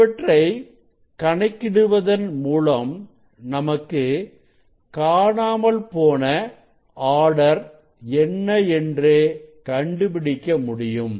இவற்றை கணக்கிடுவதன் மூலம் நமக்கு காணாமல்போன ஆர்டர் என்ன என்று கண்டுபிடிக்க முடியும்